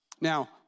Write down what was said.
Now